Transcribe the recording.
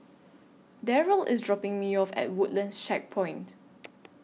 Darryll IS dropping Me off At Woodlands Checkpoint